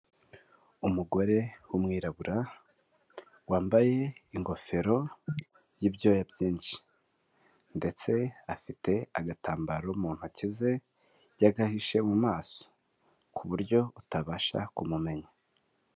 Umugore w'umwirabura wambaye ingofero y'ibyoya byinshi, ndetse afite agatambaro mu ntoki ze, yagahishe mu maso ku buryo utabasha kumumenya.